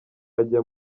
ajya